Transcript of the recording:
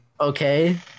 Okay